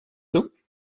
sauts